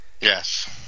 Yes